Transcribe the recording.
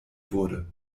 wurde